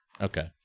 Okay